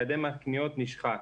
נשחק.